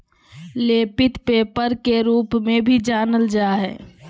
लेपित पेपर के रूप में भी जानल जा हइ